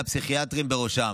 והפסיכיאטרים בראשם.